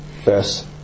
Verse